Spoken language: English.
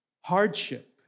hardship